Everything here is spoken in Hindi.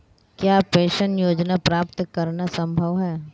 क्या पेंशन योजना प्राप्त करना संभव है?